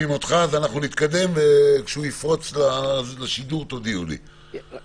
אותם לתקנות כדי שתהיה גם הביקורת